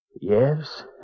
Yes